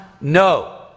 No